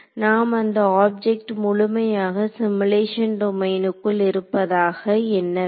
நாம் அந்த ஆப்ஜெக்ட் முழுமையாக சிமுலேஷன் டொமைனுக்குள் இருப்பதாக எண்ண வேண்டும்